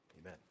amen